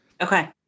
Okay